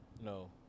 No